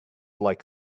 like